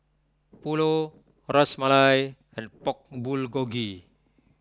Pulao Ras Malai and Pork Bulgogi